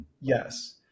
Yes